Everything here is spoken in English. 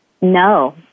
no